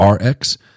RX